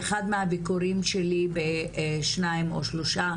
באחד מהביקורים שלי בשניים או שלושה